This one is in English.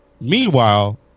meanwhile